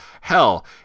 Hell